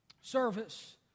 Service